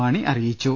മാണി അറിയിച്ചു